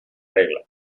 regla